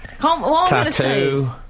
Tattoo